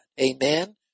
Amen